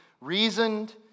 reasoned